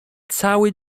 cały